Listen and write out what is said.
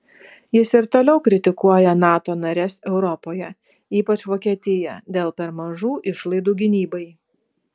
jis ir toliau kritikuoja nato nares europoje ypač vokietiją dėl per mažų išlaidų gynybai